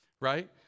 right